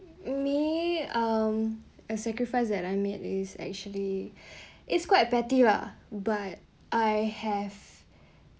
me um uh sacrifice that I made is actually it's quite a petty lah but I have